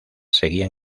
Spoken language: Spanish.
seguían